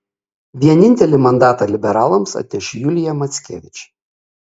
vienintelį mandatą liberalams atneš julija mackevič